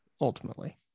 ultimately